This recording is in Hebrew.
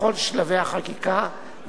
בכל שלבי החקיקה,